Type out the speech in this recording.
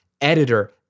editor